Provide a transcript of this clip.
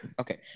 Okay